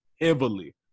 heavily